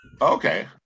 Okay